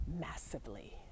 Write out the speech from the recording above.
massively